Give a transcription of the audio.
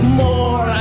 more